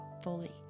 fully